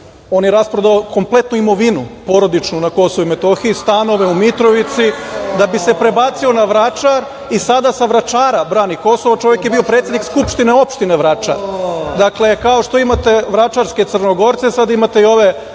on je rasprodao kompletnu imovinu porodičnu na Kosovu i Metohiji, stanove u Mitrovici, da bi se prebacio na Vračar i sa Vračara brani Kosovo. Čovek je bio predsednik Skupštine opštine Vračar. Dakle, kao što imate vračarske Crnogorce, sada imate i ove